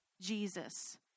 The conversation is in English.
Jesus